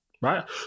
right